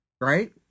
Right